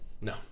No